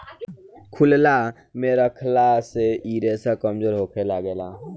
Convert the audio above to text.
खुलला मे रखला से इ रेसा कमजोर होखे लागेला